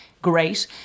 Great